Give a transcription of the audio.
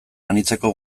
anitzeko